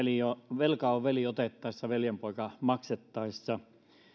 velka on veli otettaessa veljenpoika maksettaessa